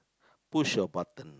push your button